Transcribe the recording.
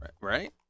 Right